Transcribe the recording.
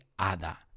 ada